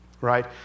right